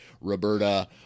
Roberta